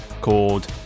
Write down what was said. called